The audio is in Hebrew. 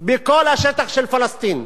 בכל השטח של פלסטין.